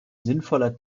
sinnvoller